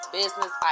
business